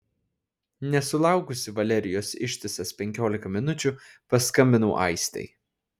nesulaukusi valerijos ištisas penkiolika minučių paskambinau aistei